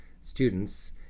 students